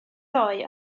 ddoe